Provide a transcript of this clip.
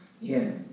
Yes